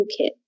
toolkit